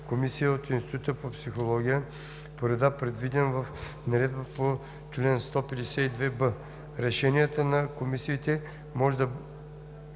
комисия от Института по психология по реда, предвиден в наредбата по чл. 152б. Решенията на комисиите може да